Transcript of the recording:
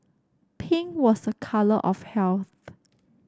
pink was a colour of health